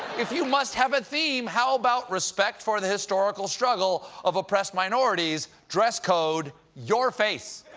if you must have a theme, how about, respect for the historical struggle of oppressed minorities? dress code your face.